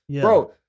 Bro